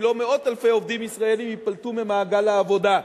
אם לא מאות אלפי עובדים ישראלים ייפלטו ממעגל העבודה.